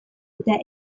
eta